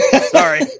sorry